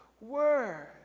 word